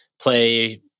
play